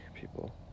people